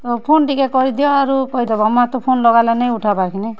ତ ଫୋନ୍ ଟିକେ କରିଦିଅ ଆରୁ କହିଦେବ ମର୍ ତ ଫୋନ୍ ଲଗାଲେ ନାଇଁ ଉଠାବାର୍ କି ନେଇଁ